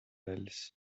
else